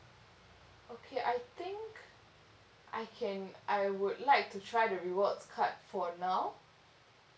okay I think I can I would like to try the rewards card for now